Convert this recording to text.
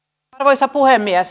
arvoisa puhemies